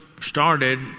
started